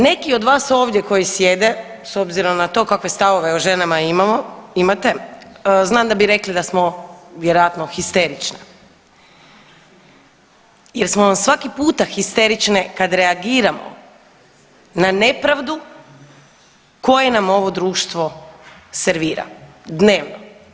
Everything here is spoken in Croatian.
Neki od vas ovdje koji sjede s obzirom na to kakve stavove o ženama imamo, imate znam da bi rekli da smo vjerojatno histerične jer smo vam svaki puta histerične kad reagiramo na nepravdu koje nam ovo društvo servira dnevno.